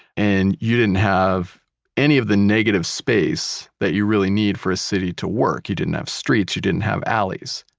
and you didn't have any of the negative space that you really need for a city to work. you didn't have streets, you didn't have alleys.